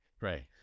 Right